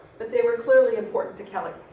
but they were clearly important to kelly.